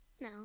no